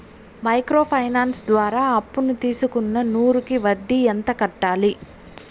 Micro finance ద్వారా అప్పును తీసుకున్న నూరు కి వడ్డీ ఎంత కట్టాలి?